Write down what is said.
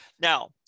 Now